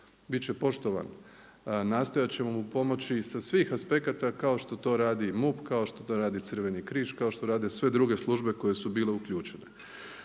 Bit će poštovan, nastojat ćemo mu pomoći sa svih aspekata kao što to radi i MUP kao što to radi Crveni križ kao što rade sve druge službe koje su bile uključene.